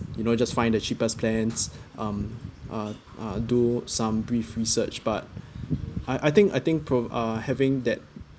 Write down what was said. you know just find the cheapest plans um uh uh do some brief research but I I think I think pro uh having that